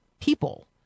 people